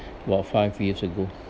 well five years ago